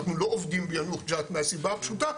אנחנו לא עובדים ביאנוח ג'ת מהסיבה הפשוטה,